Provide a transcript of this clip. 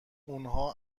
اونها